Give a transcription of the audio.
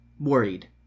worried